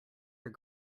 your